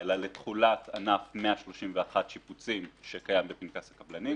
לתחולת ענף 131 שיפוצים, שקיים בפנקס הקבלנים.